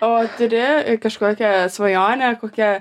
o turi kažkokią svajonę kokią